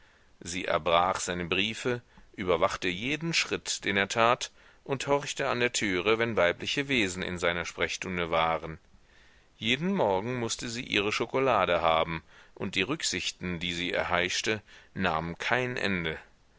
sie erbrach seine briefe überwachte jeden schritt den er tat und horchte an der türe wenn weibliche wesen in seiner sprechstunde waren jeden morgen mußte sie ihre schokolade haben und die rücksichten die sie erheischte nahmen kein ende